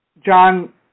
John